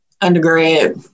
undergrad